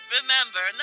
Remember